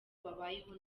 babayeho